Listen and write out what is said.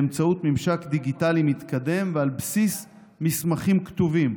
באמצעות ממשק דיגיטלי מתקדם ועל בסיס מסמכים כתובים.